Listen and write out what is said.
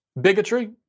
bigotry